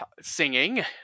singing